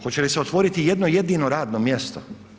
Hoće li se otvoriti jedno, jedino radno mjesto?